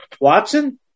Watson